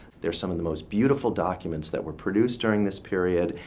they're some of the most beautiful documents that were produced during this period,